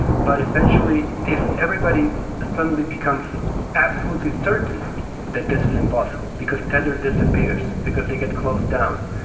but essentially if everybody suddenly becomes absolutely certain that this is impossible, because tether disappears, because they get closed down,